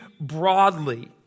broadly